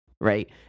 right